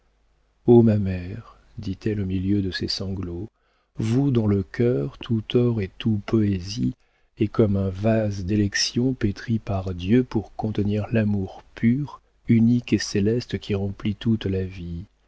o ma mère dit-elle au milieu de ses sanglots vous dont le cœur tout or et tout poésie est comme un vase d'élection pétri par dieu pour contenir l'amour pur unique et céleste qui remplit toute la vie